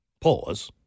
pause